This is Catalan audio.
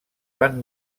van